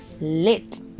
lit